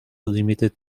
limited